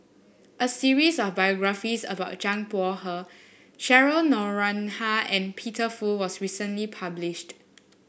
a series of biographies about Zhang Bohe Cheryl Noronha and Peter Fu was recently published